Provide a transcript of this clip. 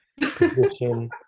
position